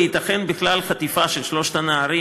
וייתכן בכלל שהחטיפה של שלושת הנערים,